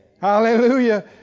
Hallelujah